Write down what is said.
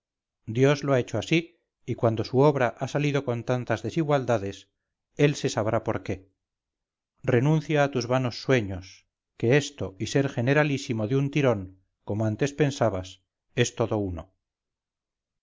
dios lo ha hecho así y cuando su obra ha salido con tantas desigualdades él se sabrá por qué renuncia a tus vanos sueños que esto y ser generalísimo de un tirón como antes pensabas es todo uno